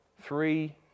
Three